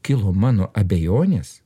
kilo mano abejonės